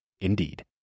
Indeed